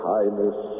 Highness